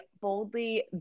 boldly